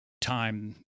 time